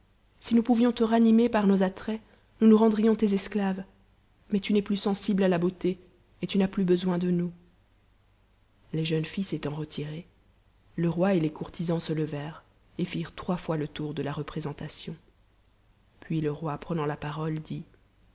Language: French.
si nous pouvions te ranimer par nos attraits nous nous rendrions tes esclaves mais tu n'es plus sensible à la beauté et tu n'as plus besoin de nous h les jeunes filles s'étant retirées le roi et tes courtisans se levèrent et firent trois fois le tour de la représentation puis le roi prenant la parole dit